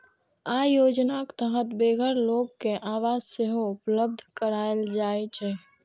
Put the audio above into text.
अय योजनाक तहत बेघर लोक कें आवास सेहो उपलब्ध कराएल जाइ छै